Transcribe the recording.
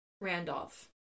Randolph